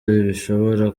bishobora